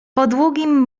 długim